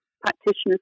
Practitioners